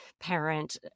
parent